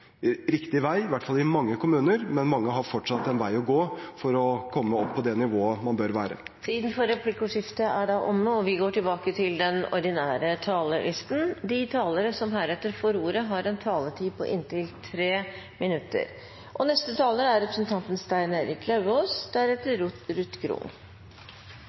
riktig vei – i hvert fall i mange kommuner, men mange har fortsatt en vei å gå for å komme opp på det nivået man bør være. Replikkordskiftet er omme. De talere som heretter får ordet, har en taletid på inntil 3 minutter. I forslaget ligger det en rekke momenter som burde ha vekket entusiasmen også hos regjeringspartiene, Venstre og